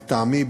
לטעמי,